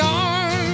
on